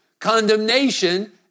condemnation